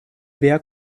wer